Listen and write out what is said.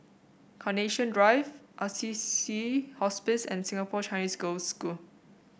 Carnation Drive Assisi Hospice and Singapore Chinese Girls' School